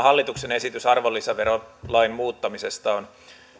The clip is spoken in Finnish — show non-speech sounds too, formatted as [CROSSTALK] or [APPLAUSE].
[UNINTELLIGIBLE] hallituksen esitys arvonlisäverolain muuttamisesta on